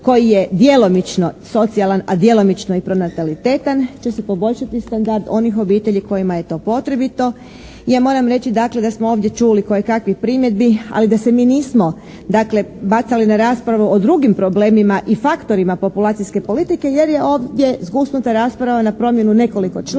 koji je djelomično socijalan, a djelomično i pronatalitetan će se poboljšati standard onih obitelji kojima je to potrebito. Ja moram reći dakle da smo ovdje čuli kojekakve primjedbi, ali da se mi nismo dakle bacali na raspravu o drugim problemima i faktorima populacijske politike, jer je ovdje zgusnuta rasprava na promjenu nekoliko članaka